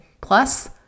plus